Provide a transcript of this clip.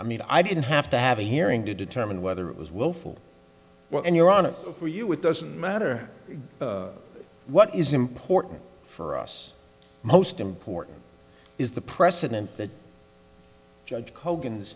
i mean i didn't have to have a hearing to determine whether it was willful well and you're on it for you it doesn't matter what is important for us most important is the precedent that judge hogan